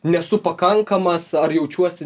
nesu pakankamas ar jaučiuosi